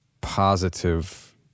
positive